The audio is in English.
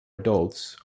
adults